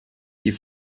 die